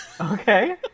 Okay